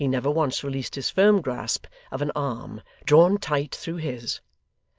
he never once released his firm grasp of an arm, drawn tight through his.